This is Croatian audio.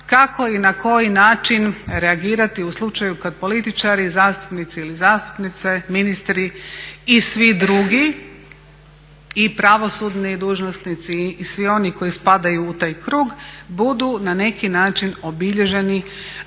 kako i na koji način reagirati u slučaju kad političari, zastupnici ili zastupnice, ministri i svi drugi i pravosudni dužnosnici i svi oni koji spadaju u taj krug budu na neki način obilježeni